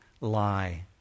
lie